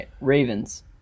Ravens